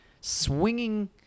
swinging